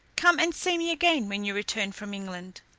come and see me again when you return from england.